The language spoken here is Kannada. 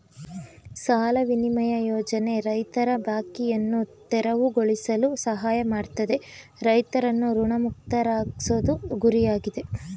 ಸಾಲ ವಿನಿಮಯ ಯೋಜನೆ ರೈತರ ಬಾಕಿಯನ್ನು ತೆರವುಗೊಳಿಸಲು ಸಹಾಯ ಮಾಡ್ತದೆ ರೈತರನ್ನು ಋಣಮುಕ್ತರಾಗ್ಸೋದು ಗುರಿಯಾಗಿದೆ